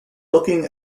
looking